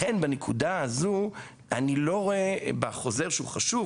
לכן בנקודה הזו אני לא רואה בחוזר הזה שהוא חשוב